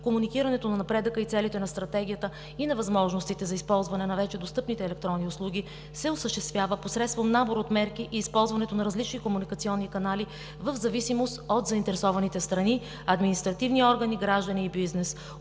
комуникирането на напредъка и целите на Стратегията и на възможностите за използването на вече достъпните електронни услуги се осъществява посредством набор от мерки и използването на различни комуникационни канали в зависимост от заинтересованите страни, административни органи, граждани и бизнес.